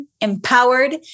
empowered